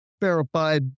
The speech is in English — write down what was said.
verified